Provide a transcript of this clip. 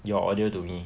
your audio to me